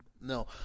No